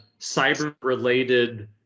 cyber-related